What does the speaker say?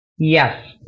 Yes